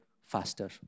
faster